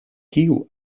kiu